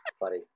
buddy